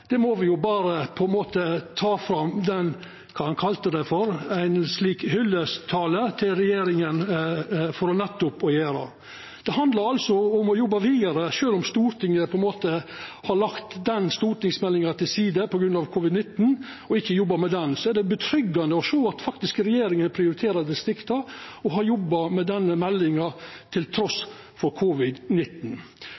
må me berre ta fram – og gjerne kalla det ei hyllingstale til regjeringa. Det handlar altså om å jobba vidare. Sjølv om Stortinget har lagt den stortingsmeldinga til side på grunn av covid-19 og ikkje jobba med den, er det tryggjande å sjå at regjeringa faktisk prioriterer distrikta og har jobba med denne meldinga